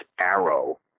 arrow